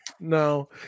No